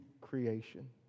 creation